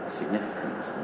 significance